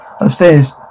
upstairs